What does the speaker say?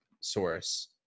source